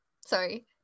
sorry